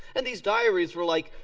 and these diaries were like,